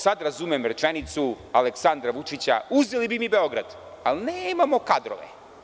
Sada razumem rečenicu Aleksandra Vučića – uzeli bi mi Beograd, ali nemamo kadrove.